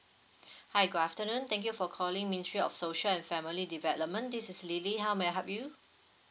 hi good afternoon thank you for calling ministry of social and family development this is lily how may I help you